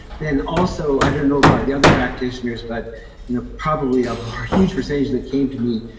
then also, i don't know about the other practitioners, but you know probably a huge percentage that came to me,